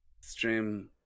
Stream